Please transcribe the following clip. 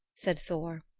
said thor.